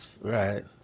Right